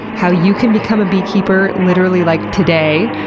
how you can become a beekeeper, literally like today,